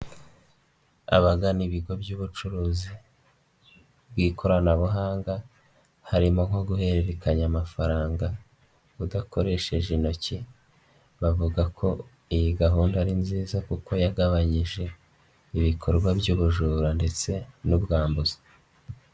Abagana ibigo by'ubucuruzi bw'ikoranabuhanga harimo nko guhererekanya amafaranga udakoresheje intoki, bavuga ko iyi gahunda ari nziza kuko yagabanyije ibikorwa by'ubujura ndetse n'ubwambuzi.